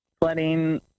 Flooding